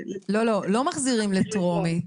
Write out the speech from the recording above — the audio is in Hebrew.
לא, לא מחזירים לטרומית.